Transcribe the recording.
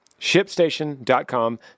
ShipStation.com